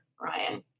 Ryan